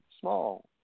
small